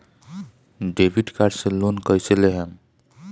Debit card से loan कईसे लेहम?